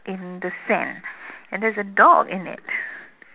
in the sand and there is a dog in it